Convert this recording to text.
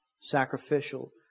sacrificial